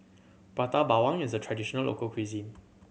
Prata Bawang is a traditional local cuisine